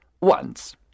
Once